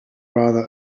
rather